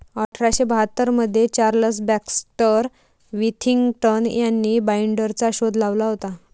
अठरा शे बाहत्तर मध्ये चार्ल्स बॅक्स्टर विथिंग्टन यांनी बाईंडरचा शोध लावला होता